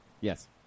Yes